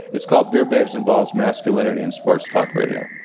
it's called beer, babes, and balls masculinity in sports talk radio.